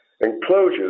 Enclosures